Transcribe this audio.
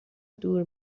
دور